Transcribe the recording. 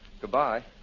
Goodbye